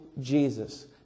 Jesus